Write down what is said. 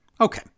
Okay